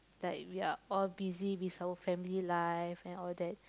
like we are all busy with our family life and all that